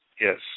yes